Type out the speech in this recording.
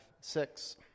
six